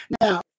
Now